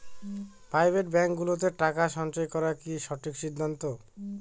Private ব্যাঙ্কগুলোতে টাকা সঞ্চয় করা কি সঠিক সিদ্ধান্ত?